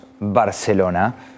Barcelona